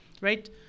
right